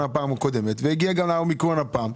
בפעם הקודמת והגיע גם לאומיקרון הפעם,